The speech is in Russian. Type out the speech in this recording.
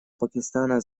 пакистана